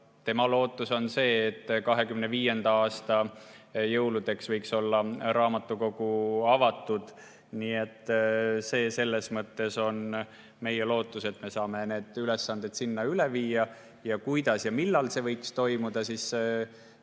Tema lootus on see, et 2025. aasta jõuludeks võiks olla raamatukogu avatud. Nii et meie lootus on, et me saame need ülesanded sinna üle viia. Kuidas ja millal see võiks toimuda – seadus